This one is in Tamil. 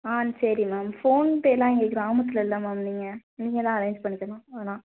ஆ சரி மேம் ஃபோன்பேயெலாம் எங்கள் கிராமத்தில் இல்லை மேம் நீங்கள் நீங்கள் தான் அரேஞ்ச் பண்ணிக்கணும் அதெல்லாம்